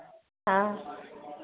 हँ